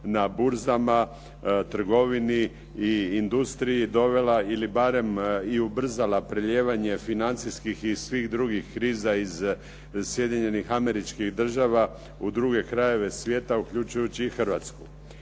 na burzama, trgovini i industriji dovela ili barem i ubrzala prelijevanje financijskih i svih drugih kriza iz Sjedinjenih Američkih Država u druge krajeve svijeta, uključujući i Hrvatsku.